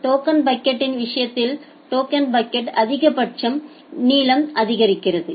token பக்கெட்யின் விஷயத்தில் token bucket அதிகபட்ச பர்ஸ்ட் நீளம் ஆதரிக்கிறது